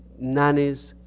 nannies,